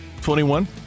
21